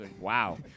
Wow